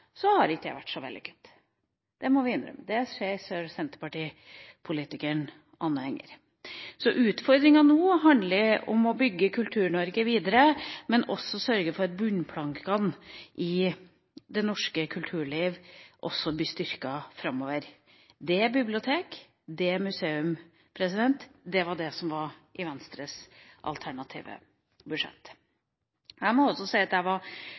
så har ikke det vært så vellykket. Det må vi innrømme, det ser sjøl senterpartipolitikeren Anne Enger. Utfordringa nå handler om å bygge Kultur-Norge videre, men også å sørge for at bunnplankene i det norske kulturliv blir styrket framover. Det er bibliotek, det er museum, det er det som var i Venstres alternative budsjett. Jeg var